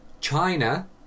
China